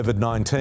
COVID-19